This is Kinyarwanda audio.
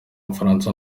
bufaransa